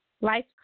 Life